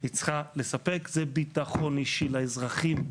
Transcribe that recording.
היא צריכה לספק, זה ביטחון אישי לאזרחים.